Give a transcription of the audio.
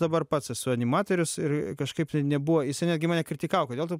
dabar pats esu animatorius ir kažkaip tai nebuvo jisai netgi mane kritikavo kodėl tu